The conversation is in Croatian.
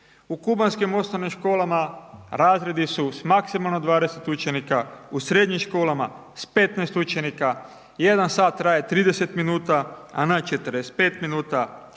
u kubanskim osnovnim školama razredi su s maksimalno 20 učenika, u srednjim školama s 15 učenika, 1 sat traje 30 minuta, a ne 45 minuta,